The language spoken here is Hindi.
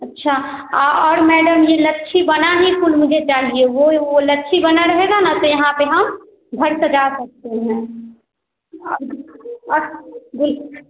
अच्छा और मैडम जी लच्छी बना ही कुल मुझे चाहिए वह वह लच्छी बना रहेगा न त यहाँ पर हम घर सजा सकते हैं